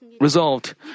resolved